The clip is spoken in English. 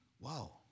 wow